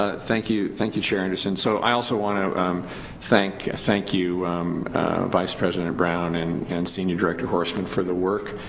ah thank you, thank you chair anderson, and so i also want to um thank thank you vice president brown, and and senior director horseman for the work.